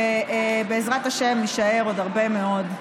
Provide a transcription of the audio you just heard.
ובעזרת השם נישאר עוד הרבה מאוד,